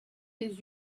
les